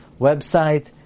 website